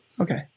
Okay